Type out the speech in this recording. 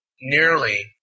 nearly